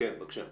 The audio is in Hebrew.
כן, בבקשה.